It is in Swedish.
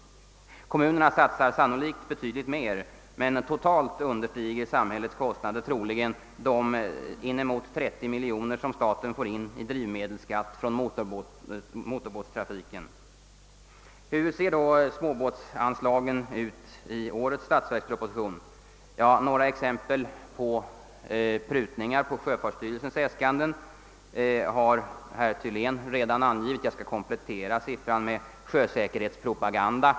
Kommunerna satsar sannolikt betydligt mera, men totalt understiger samhällets kostnader troligen de inemot 30 miljoner som staten får in i drivmedelsskatt från motorbåtstrafiken. Hur ser då småbåtsanslagen ut i årets statsverksproposition? Ja, några exempel på prutningar i sjöfartsstyrelsens äskanden har herr Thylén redan angivit. Jag skall komplettera siffrorna med dem som gäller för sjösäkerhetspropagandan.